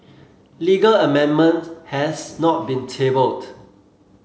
legal amendment has not been tabled